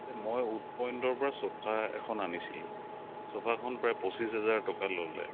এই মই উড পইণ্টৰ পৰা চোফা এখন আনিছিলোঁ চোফাখন প্ৰায় পঁচিছ হেজাৰ টকা ল'লে